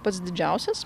pats didžiausias